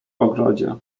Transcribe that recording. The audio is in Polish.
ogrodzie